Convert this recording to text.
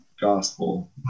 gospel